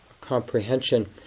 comprehension